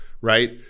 right